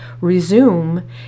resume